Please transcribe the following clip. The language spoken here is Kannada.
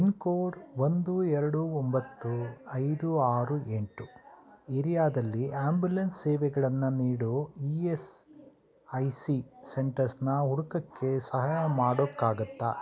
ಪಿನ್ ಕೋಡ್ ಒಂದು ಎರಡು ಒಂಬತ್ತು ಐದು ಆರು ಎಂಟು ಏರಿಯಾದಲ್ಲಿ ಆ್ಯಂಬ್ಯುಲೆನ್ಸ್ ಸೇವೆಗಳನ್ನ ನೀಡೋ ಇ ಎಸ್ ಐ ಸಿ ಸೆಂಟರ್ಸ್ನ ಹುಡ್ಕೋಕ್ಕೆ ಸಹಾಯ ಮಾಡೋಕ್ಕಾಗುತ್ತಾ